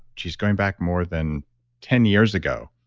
geez, going back more than ten years ago.